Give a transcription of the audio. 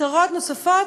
מטרות נוספות,